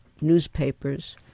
newspapers